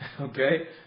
okay